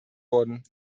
worden